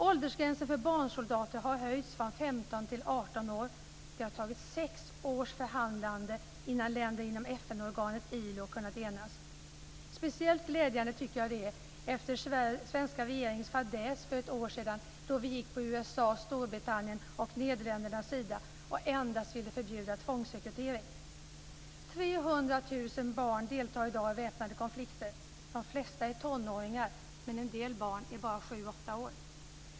Åldersgränsen för barnsoldater har höjts från 15 till 18 år. Det har varit sex års förhandlande innan länderna inom FN-organet ILO har kunnat enas. Speciellt glädjande tycker jag det är efter svenska regeringens fadäs för ett år sedan, då vi gick på USA:s, Storbritanniens och Nederländernas linje och endast ville förbjuda tvångsrekrytering. 300 000 barn deltar i dag i väpnade konflikter. De flesta är tonåringar, men en del barn är bara 7-8 år.